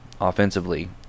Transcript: offensively